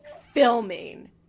filming